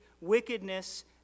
wickedness